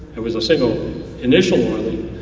it was a single initial oil,